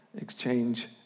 exchange